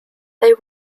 they